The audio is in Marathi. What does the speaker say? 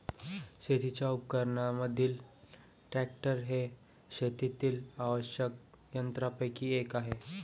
शेतीच्या उपकरणांमधील ट्रॅक्टर हे शेतातील आवश्यक यंत्रांपैकी एक आहे